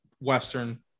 Western